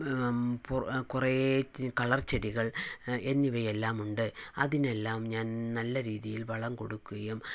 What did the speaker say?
കുറേ കളർ ചെടികൾ എന്നിവയെല്ലാം ഉണ്ട് അതിനെല്ലാം ഞാൻ നല്ല രീതിയിൽ വളം കൊടുക്കുകയും